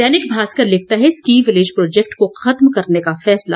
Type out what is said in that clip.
दैनिक भास्कर लिखता है ski village project को खत्म करने का फैसला